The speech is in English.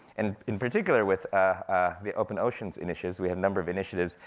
and in particular, with ah the open oceans initiatives, we have number of initiatives,